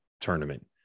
tournament